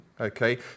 Okay